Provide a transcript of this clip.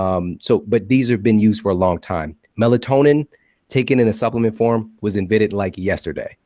um so but these have been used for a long time. melatonin taken in a supplement form was invented like yesterday.